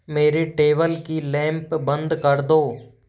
मेरे टेबल की लैंप बंद कर दो